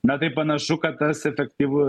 na tai panašu kad tas efektyvu